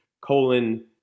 colon